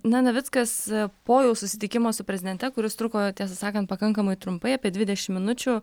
na navickas po jau susitikimo su prezidente kuris truko tiesą sakant pakankamai trumpai apie dvidešimt minučių